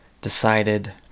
decided